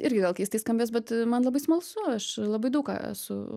irgi gal keistai skambės bet man labai smalsu aš labai daug ką esu